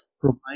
provide